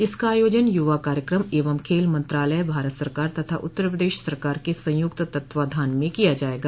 इसका आयोजन युवा कार्यक्रम एवं खेल मंत्रालय भारत सरकार तथा उत्तर प्रदेश सरकार के संयुक्त तत्वाधान में किया जायेगा